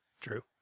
True